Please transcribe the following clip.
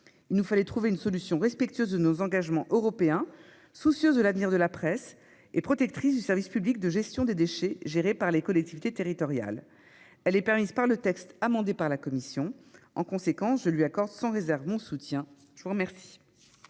Il nous fallait trouver une solution respectueuse de nos engagements européens, soucieuse de l'avenir de la presse et protectrice du service public de gestion des déchets géré par les collectivités territoriales. Elle est présente dans le texte amendé par la commission. En conséquence, je lui accorde sans réserve mon soutien. La parole